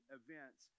events